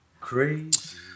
Crazy